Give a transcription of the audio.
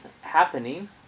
happening